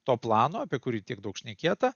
to plano apie kurį tiek daug šnekėta